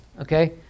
okay